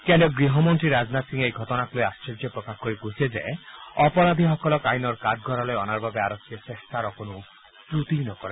কেন্দ্ৰীয় গ্হমন্ত্ৰী ৰাজনাথ সিঙে এই ঘটনাক লৈ আশ্চায্য আৰু শোক প্ৰকাশ কৰি কৈছে যে অপৰাধীসকলক আইনৰ কাঠগঢ়ালৈ অনাৰ বাবে আৰক্ষীয়ে চেষ্টাৰ অকণো ক্ৰটি নকৰে